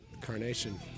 Carnation